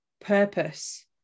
purpose